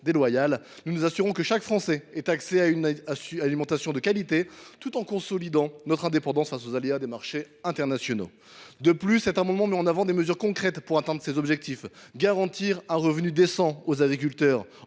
déloyale, nous nous assurons que chaque Français ait accès à une alimentation de qualité, tout en consolidant notre indépendance face aux aléas des marchés internationaux. De plus, cet amendement met en avant des mesures concrètes pour atteindre nos objectifs, c’est à dire garantir un revenu décent aux agriculteurs,